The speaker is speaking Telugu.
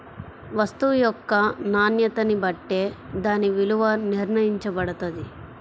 వస్తువు యొక్క నాణ్యతని బట్టే దాని విలువ నిర్ణయించబడతది